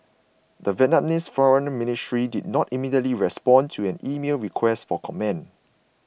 the Vietnamese foreign ministry did not immediately respond to an emailed request for comment